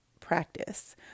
practice